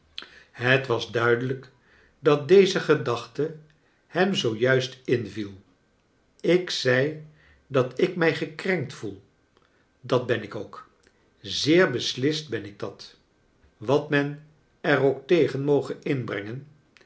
het was duidelijk dat deze gedachte hem zoo juist inviel ik zei dat ik mij gekrenkt voel dat ben ik ook zeer beslist ben ik dat wat men er ook tegen moge inbrengen